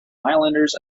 highlanders